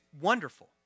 wonderful